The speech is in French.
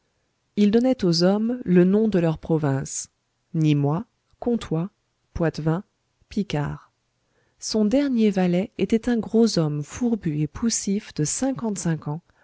il donnait aux hommes le nom de leur province nîmois comtois poitevin picard son dernier valet était un gros homme fourbu et poussif de cinquante-cinq ans